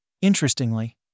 Interestingly